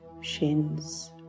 shins